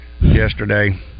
yesterday